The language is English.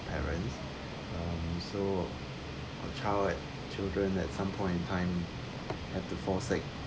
parents um so uh child at children some point of time have to fall sick